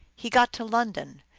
he got to london.